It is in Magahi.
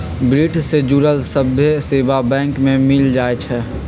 वित्त से जुड़ल सभ्भे सेवा बैंक में मिल जाई छई